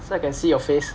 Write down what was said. so I can see your face